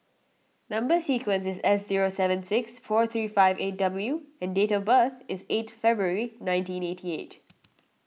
Number Sequence is S zero seven six four three five eight W and date of birth is eight February nineteen eighty eight